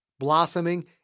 blossoming